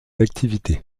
d’activité